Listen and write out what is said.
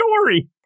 story